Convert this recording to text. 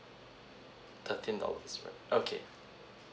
thirteen dollars right okay